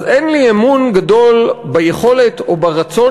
אז אין לי אמון גדול ביכולת או ברצון